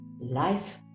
life